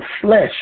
flesh